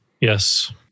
Yes